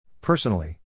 Personally